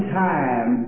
time